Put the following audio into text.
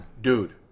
Dude